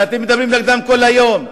שאתם מדברים נגדם כל היום,